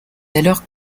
alors